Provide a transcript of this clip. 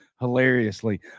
hilariously